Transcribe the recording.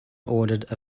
ordered